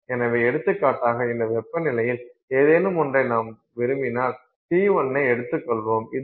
எனவே எடுத்துக்காட்டாக இந்த வெப்பநிலையில் ஏதேனும் ஒன்றை நாம் விரும்பினால் T1 என எடுத்துக்கொள்ளுவோம் இது T2